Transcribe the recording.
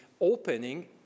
opening